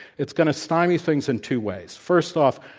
it's going to stymie things in two ways. first off,